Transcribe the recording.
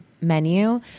menu